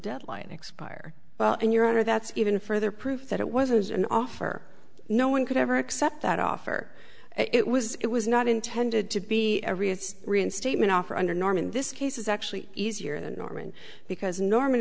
deadline expire well and your honor that's even further proof that it wasn't an offer no one could ever accept that offer it was it was not intended to be a real reinstatement offer under norman this case is actually easier than norman because norman